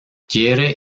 quiere